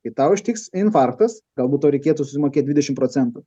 kai tau ištiks infarktas galbūt tau reikėtų susimokėt dvidešim procentų